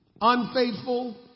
unfaithful